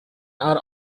are